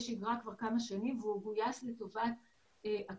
שגרה כבר מזה כמה שנים והוא גויס לטובת הקשישים,